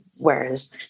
whereas